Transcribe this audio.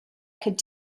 could